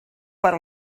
però